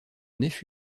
nef